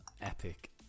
Epic